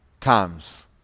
times